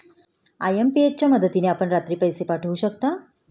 IMPS च्या मदतीने आपण रात्री पैसे पाठवू शकता